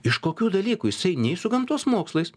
iš kokių dalykų jisai nei su gamtos mokslais